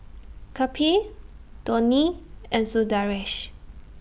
Kapil Dhoni and Sundaresh